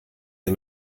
ihr